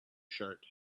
shirt